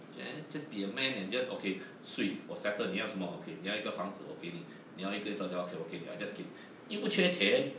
then just be a man and just okay swee 我 settle 你要什么 okay 你要一个房子我给你你要一个大家 okay 我给你 I just 给你又不缺钱